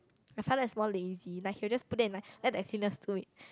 my father is more lazy like he'll just put there and like let the cleaners do it